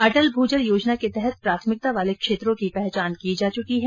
अटल भूजल योजना के तहत प्राथमिकता वाले क्षेत्रों की पहचान की जा चुकी है